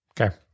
Okay